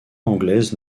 anglaises